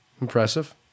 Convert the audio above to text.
Impressive